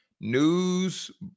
news